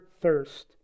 thirst